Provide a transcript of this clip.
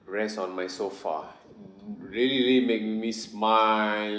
rest on my sofa really really make me smile